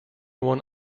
one